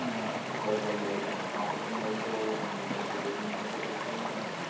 ah proposed regulation, accomplishing those goals any major themes that you're seeing or?